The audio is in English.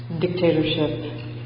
dictatorship